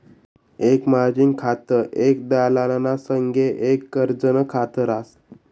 एक मार्जिन खातं एक दलालना संगे एक कर्जनं खात रास